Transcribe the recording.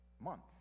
month